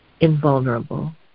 invulnerable